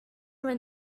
when